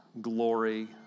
glory